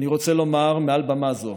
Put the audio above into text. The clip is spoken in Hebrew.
אני רוצה לומר מעל במה זו